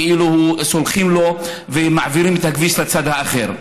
כאילו סולחים לו ומעבירים את הכביש לצד האחר.